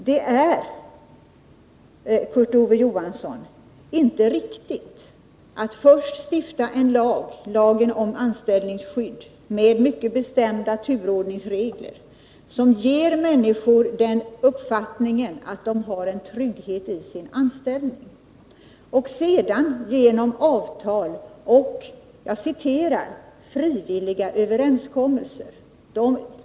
Det är, Kurt-Ove Johansson, inte riktigt att först stifta en lag, lagen om anställningsskydd, med mycket bestämda turordningsregler som ger människor uppfattningen att de har en trygghet i sin anställning, och "sedan genom avtal och ”frivilliga” överenskommelser ändra på detta.